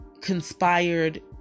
conspired